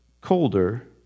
colder